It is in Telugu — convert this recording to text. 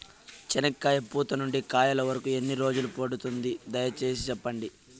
చెనక్కాయ పూత నుండి కాయల వరకు ఎన్ని రోజులు పడుతుంది? దయ సేసి చెప్పండి?